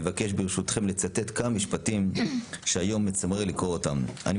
אני מבקש לצטט כמה משפטים שהיום מצמרר לקרוא אותם: "אני